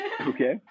Okay